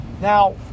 Now